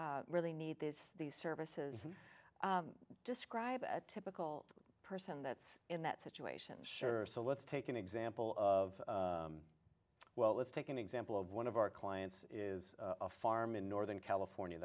who really need this these services describe a typical person that's in that situation sure so let's take an example of well let's take an example of one of our clients is a farm in northern california